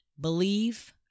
Believe